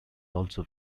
also